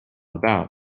about